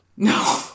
No